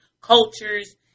cultures